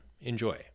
Enjoy